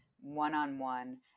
one-on-one